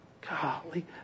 Golly